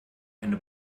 eine